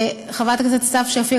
חברת הכנסת סתיו שפיר,